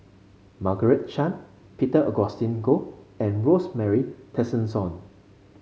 Margaret Chan Peter Augustine Goh and Rosemary Tessensohn